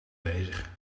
bezig